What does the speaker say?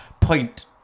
point